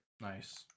Nice